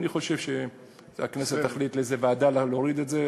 אני חושב שהכנסת תחליט לאיזו ועדה להוריד את זה.